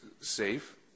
safe